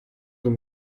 gant